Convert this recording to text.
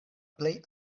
plej